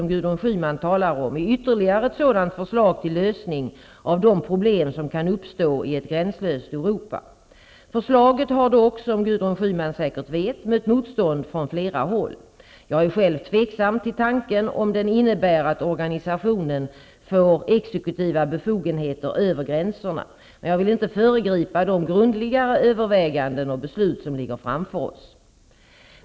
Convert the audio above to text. Gudrun Schyman talar om är ytterligare ett sådant förslag till lösning av de problem som kan uppstå i ett gränslöst Europa. Förslaget har dock, som Gudrun Schyman säkert vet, mött motstånd från flera håll. Jag är själv tveksam till tanken om den innebär att organisationen får exekutiva befogenheter över gränserna. Men jag vill inte föregripa de grundligare överväganden och beslut som ligger framför oss.